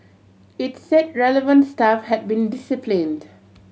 it said relevant staff had been disciplined